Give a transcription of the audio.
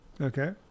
okay